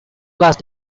class